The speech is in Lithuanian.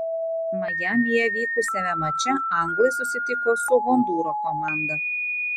majamyje vykusiame mače anglai susitiko su hondūro komanda